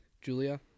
Julia